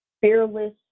fearless